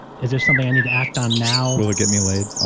is there something i need to act on now? will it get me laid? ah